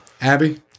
Abby